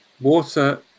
Water